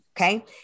okay